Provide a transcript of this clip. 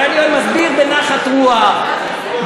אני מסביר בנחת רוח,